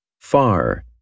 Far